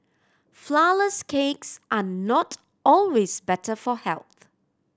flourless cakes are not always better for health